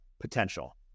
potential